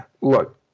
look